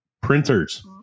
Printers